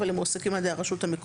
אבל הם מועסקים על ידי הרשות המקומית.